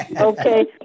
Okay